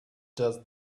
just